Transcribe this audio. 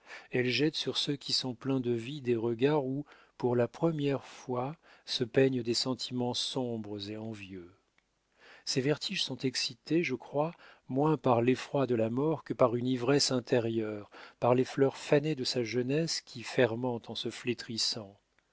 elle jette sur ceux qui sont pleins de vie des regards où pour la première fois se peignent des sentiments sombres et envieux ses vertiges sont excités je crois moins par l'effroi de la mort que par une ivresse intérieure par les fleurs fanées de sa jeunesse qui fermentent en se flétrissant